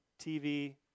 TV